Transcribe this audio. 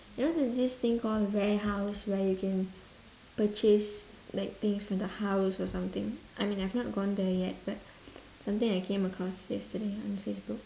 you know there's this thing called warehouse where you can purchase like things from the house or something I mean I've not gone there yet but something I came across yesterday on Facebook